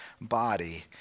body